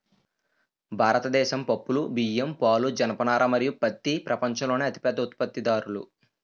భారతదేశం పప్పులు, బియ్యం, పాలు, జనపనార మరియు పత్తి ప్రపంచంలోనే అతిపెద్ద ఉత్పత్తిదారులు